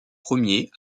premiers